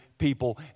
people